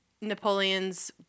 Napoleon's